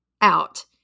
out